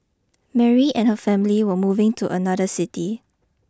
Mary and her family were moving to another city